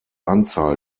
anzahl